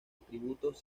atributos